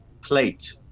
plate